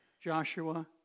Joshua